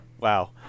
wow